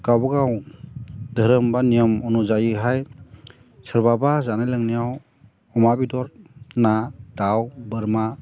गावबागाव धोरोम बा नियम अनुजायैहाय सोरबाबा जानाय लोंनायाव अमा बेदर ना दाउ बोरमा